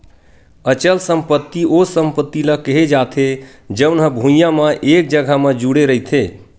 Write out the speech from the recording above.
अचल संपत्ति ओ संपत्ति ल केहे जाथे जउन हा भुइँया म एक जघा म जुड़े रहिथे